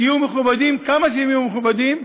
שיהיו מכובדים כמה שהם יהיו מכובדים,